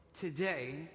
today